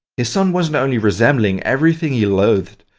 his son wasn't only resembling everything he loathed,